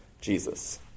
Jesus